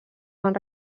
van